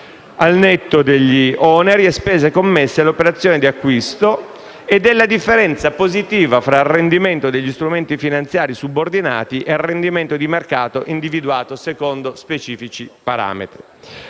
al netto degli oneri e delle spese connesse alle operazioni di acquisto e della differenza positiva tra rendimento degli strumenti finanziari subordinati e rendimento di mercato individuato secondo specifici parametri.